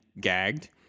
gagged